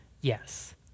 yes